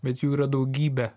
bet jų yra daugybė